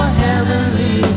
heavenly